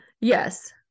Yes